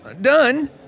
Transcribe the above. Done